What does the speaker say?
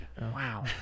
Wow